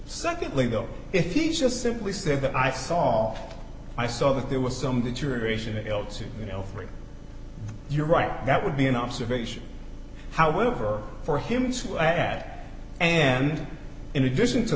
secondly though if he just simply said that i saw i saw that there was some deterioration in l t you know you're right that would be an observation however for him to add and in addition to